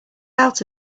out